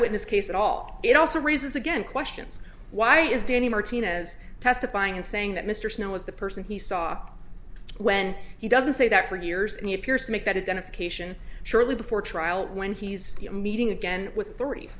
eyewitness case at all it also raises again questions why is danny martinez testifying and saying that mr snow was the person he saw when he doesn't say that for years in the appears to make that it benefits haitian shortly before trial when he's meeting again with th